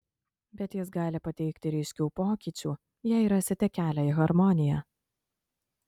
bet jis gali pateikti ryškių pokyčių jei rasite kelią į harmoniją